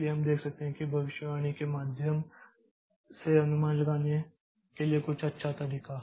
इसलिए हम देख सकते हैं कि भविष्यवाणी के माध्यम से अनुमान लगाने के लिए अच्छा तरीका